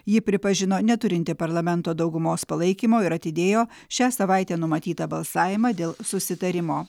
ji pripažino neturinti parlamento daugumos palaikymo ir atidėjo šią savaitę numatytą balsavimą dėl susitarimo